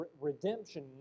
redemption